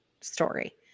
story